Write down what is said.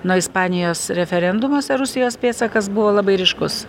nuo ispanijos referendumuose rusijos pėdsakas buvo labai ryškus